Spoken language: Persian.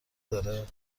داره